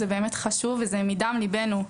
זה מדם לבנו.